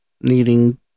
needing